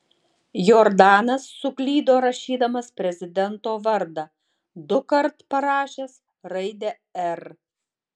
jordanas suklydo rašydamas prezidento vardą dukart parašęs raidę r